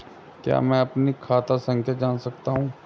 क्या मैं अपनी खाता संख्या जान सकता हूँ?